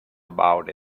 about